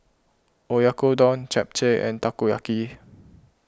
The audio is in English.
Oyakodon Japchae and Takoyaki